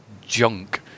junk